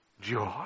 joy